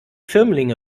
firmlinge